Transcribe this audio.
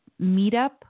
meetup